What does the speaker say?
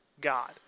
God